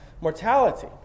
mortality